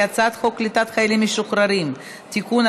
אני קובעת כי הצעת חוק קליטת חיילים משוחררים (תיקון,